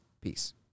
Peace